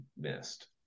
missed